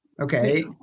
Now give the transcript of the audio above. Okay